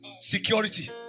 security